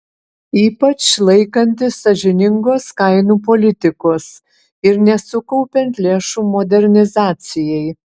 ypač laikantis sąžiningos kainų politikos ir nesukaupiant lėšų modernizacijai